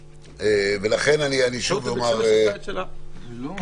לכן אני שוב אומר, שאנחנו